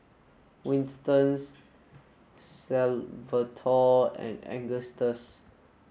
Winston Salvatore and Agustus